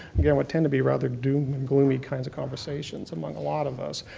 again, what tend to be rather doom and gloomy kinds of conversations among a lot of us.